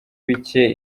bike